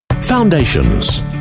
Foundations